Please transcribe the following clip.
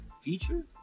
feature